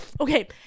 Okay